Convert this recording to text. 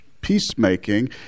peacemaking